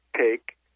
take